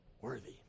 worthy